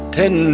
ten